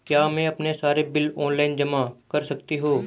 क्या मैं अपने सारे बिल ऑनलाइन जमा कर सकती हूँ?